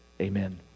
Amen